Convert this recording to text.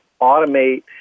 automate